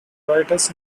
writers